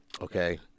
Okay